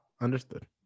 understood